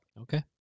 Okay